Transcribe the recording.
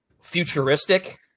futuristic